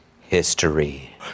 history